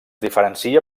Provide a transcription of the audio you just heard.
diferencia